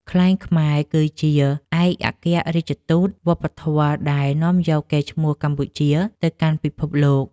ខ្លែងខ្មែរគឺជាឯកអគ្គរាជទូតវប្បធម៌ដែលនាំយកកេរ្តិ៍ឈ្មោះកម្ពុជាទៅកាន់ពិភពលោក។